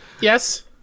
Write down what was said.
Yes